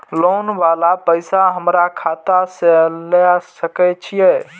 Loan वाला पैसा हमरा खाता से लाय सके छीये?